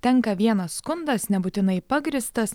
tenka vienas skundas nebūtinai pagrįstas